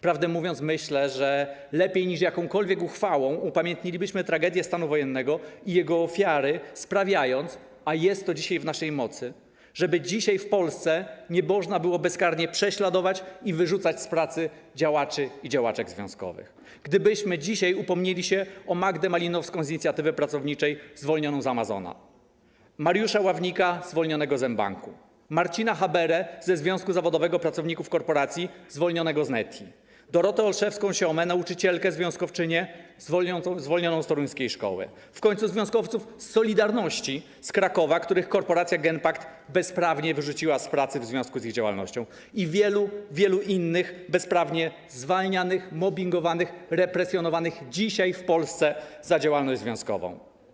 Prawdę mówiąc, myślę, że lepiej niż jakąkolwiek uchwałą upamiętnilibyśmy tragedię stanu wojennego i jego ofiary, sprawiając - a jest to w naszej mocy - żeby dzisiaj w Polsce nie można było bezkarnie prześladować i wyrzucać z pracy działaczy i działaczek związkowych; gdybyśmy upomnieli się o Magdę Malinowską z Inicjatywy Pracowniczej zwolnioną z Amazona, Mariusza Ławnika zwolnionego z mBanku, Marcina Haberę ze Związku Zawodowego Pracowników Korporacji zwolnionego z Netii, Dorotę Olszewską-Siomę, nauczycielkę, związkowczynię, zwolnioną z toruńskiej szkoły, w końcu związkowców z „Solidarności” z Krakowa, których korporacja Genpact bezprawnie wyrzuciła z pracy w związku z ich działalnością, i wielu, wielu innych bezprawnie zwalnianych, mobbingowanych, represjonowanych w Polsce za działalność związkową.